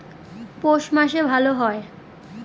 পৌষ মাসে ভালো হয়?